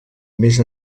més